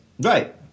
Right